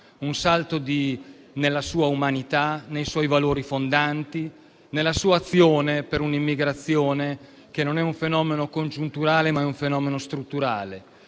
di qualità, nella sua umanità, nei suoi valori fondanti e nella sua azione per un'immigrazione che non è un fenomeno congiunturale, ma strutturale.